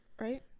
right